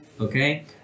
Okay